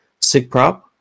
SIGPROP